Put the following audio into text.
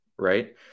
right